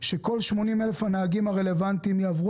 שכל 80,000 הנהגים הרלוונטיים יעברו